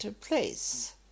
place